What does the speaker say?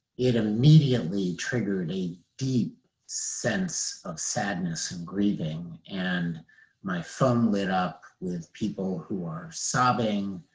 it immediately triggered a deep sense of sadness and grieving. and my phone lit up with people who are sobbing,